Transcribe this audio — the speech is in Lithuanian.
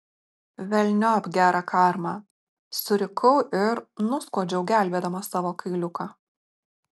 velniop gerą karmą surikau ir nuskuodžiau gelbėdama savo kailiuką